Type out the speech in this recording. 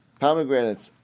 pomegranates